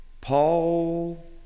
Paul